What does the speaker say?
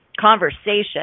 conversation